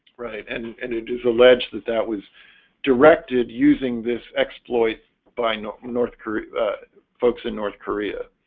right and and it is alleged that that was directed using this exploit by north north korea folks in north korea